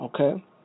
Okay